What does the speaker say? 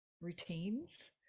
routines